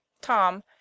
tom